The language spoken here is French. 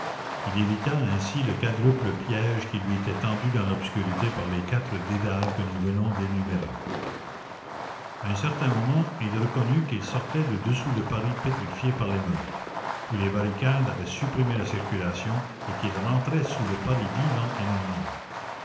il évita ainsi le quadruple piège qui lui était tendu dans l'obscurité par les quatre dédales que nous venons d'énumérer à un certain moment il reconnut qu'il sortait de dessous le paris pétrifié par l'émeute où les barricades avaient supprimé la circulation et qu'il rentrait sous le paris vivant et normal